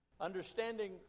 Understanding